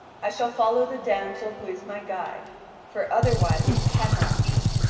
i shall follow the damsel who is my guide for otherwise it cannot be.